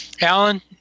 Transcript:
Alan